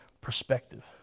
perspective